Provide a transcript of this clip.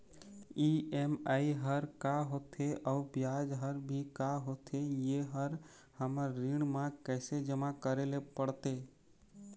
EMI हर का होथे अऊ ब्याज हर भी का होथे ये हर हमर ऋण मा कैसे जमा करे ले पड़ते?